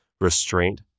restraint